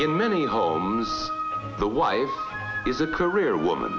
in many homes the wife is a career woman